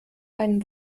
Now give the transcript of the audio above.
einen